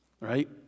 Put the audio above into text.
right